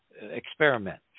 experiment